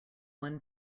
one